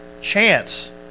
chance